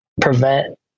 prevent